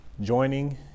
Joining